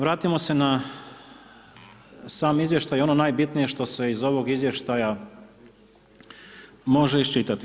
Vratimo se na sam izvještaj i ono najbitnije što se iz ovog izvještaja može iščitati.